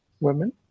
women